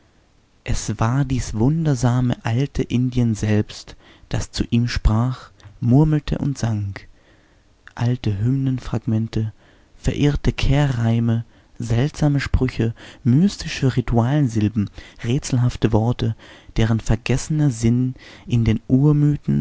es war dies wundersame alte indien selbst das zu ihm sprach murmelte und sang alte hymnenfragmente verirrte kehrreime seltsame sprüche mystische ritualsilben rätselhafte worte deren vergessener sinn in den urmythen